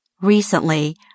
Recently